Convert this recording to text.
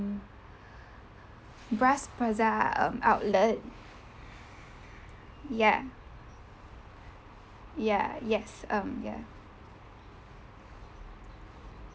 bras basah um outlet ya ya yes um ya